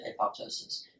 apoptosis